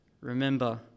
Remember